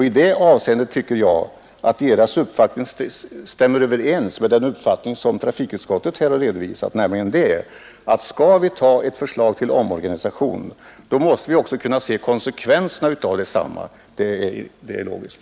I detta avseende tycker jag personalens uppfattning stämmer överens med den uppfattning trafikutskottet har redovisat, nämligen att om vi skall ta ett förslag till omorganisation, måste vi också kunna se konsekvenserna av detsamma. Det är logiskt.